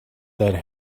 that